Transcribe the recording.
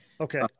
Okay